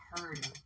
heard